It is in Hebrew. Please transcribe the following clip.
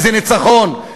איזה ניצחון,